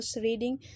reading